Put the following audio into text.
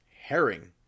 Herring